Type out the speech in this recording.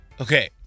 Okay